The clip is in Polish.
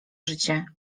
życie